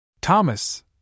Thomas